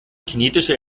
kinetische